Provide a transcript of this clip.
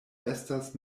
estas